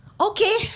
okay